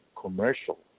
commercial